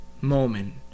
moment